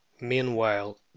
Meanwhile